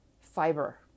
fiber